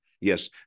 yes